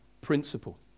principle